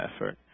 effort